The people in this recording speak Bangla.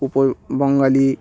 উপ বঙ্গালী